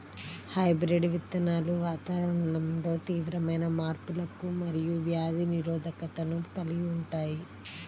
hybrid విత్తనాలు వాతావరణంలో తీవ్రమైన మార్పులకు మరియు వ్యాధి నిరోధకతను కలిగి ఉంటాయి